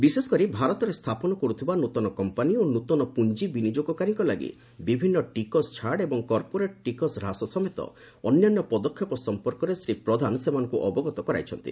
ବିଶେଷ କରି ଭାରତରେ ସ୍ଥାପନ କରୁଥିବା ନୃତନ କମ୍ପାନୀ ଓ ନୃତନ ପୁଞ୍ଜି ବିନିଯୋଗକାରୀଙ୍କ ଲାଗି ବିଭିନ୍ନ ଟିକସ ଛାଡ଼ ଏବଂ କର୍ପୋରେଟ୍ ଟିକସ ହ୍ରାସ ସମେତ ଅନ୍ୟାନ୍ୟ ପଦକ୍ଷେପ ସମ୍ପର୍କରେ ଶ୍ରୀ ପ୍ରଧାନ ସେମାନଙ୍କୁ ଅବଗତ କରାଇଛନ୍ତି